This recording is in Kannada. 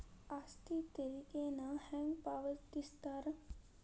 ಆಸ್ತಿ ತೆರಿಗೆನ ಹೆಂಗ ಪಾವತಿಸ್ತಾರಾ